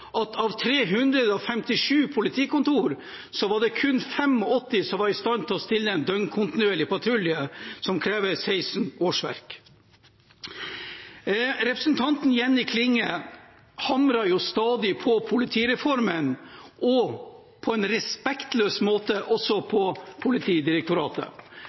at av 357 politikontor var kun 85 i stand til å stille en døgnkontinuerlig patrulje, som krever 16 årsverk. Representanten Jenny Klinge hamrer stadig på politireformen og, på en respektløs måte, også på Politidirektoratet,